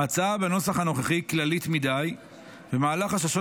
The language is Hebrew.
ההצעה בנוסח הנוכחי כללית מדי ומעלה חששות